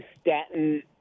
statin